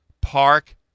Park